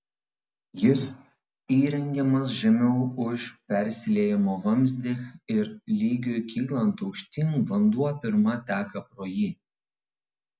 jis įrengiamas žemiau už persiliejimo vamzdį ir lygiui kylant aukštyn vanduo pirma teka pro jį